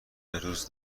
روز